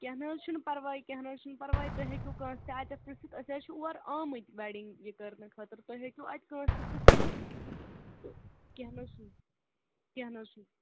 کیٚنٛہہ نہٕ حظ چھُنہٕ پَرواے کیٚنٛہہ نہٕ حظ چھُنہٕ پَرواے تُہۍ ہیٚکِو کٲنٛسہِ تہِ اَتٮ۪تھ پِرٛژھِتھ أسۍ حظ چھِ اور آمٕتۍ ویڈِنٛگ یہِ کٔرنہٕ خٲطرٕ تُہۍ ہیٚکِو اَتہِ کٲنٛسہِ تہِ پرٛژھِتھ تہٕ کیٚنٛہہ نہٕ حظ چھُنہٕ کیٚنٛہہ نہٕ حظ چھُنہٕ